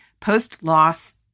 post-loss